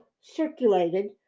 circulated